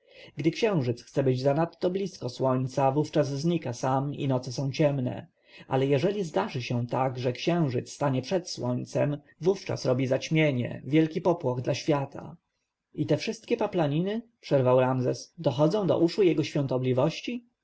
gdy księżyc chce być zanadto blisko słońca wówczas znika sam i noce są ciemne ale jeżeli zdarzy się tak że księżyc stanie przed słońcem wówczas robi zaćmienie wielki popłoch dla świata i te wszystkie paplaniny przerwał ramzes dochodzą do uszu jego świątobliwości